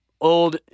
old